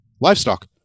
livestock